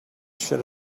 should